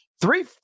three